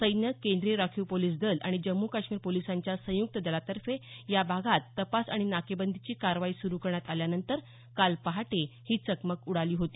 सैन्य केंद्रीय राखीव पोलिस दल आणि जम्मू काश्मीर पोलिसांच्या संयुक्त दलातर्फे या भागात तपास आणि नाकेबंदीची कारवाई सुरू करण्यात आल्यानंतर काल पहाटे ही चकमक उडाली होती